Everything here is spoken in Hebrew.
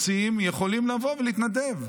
רוצים, יכולים לבוא ולהתנדב.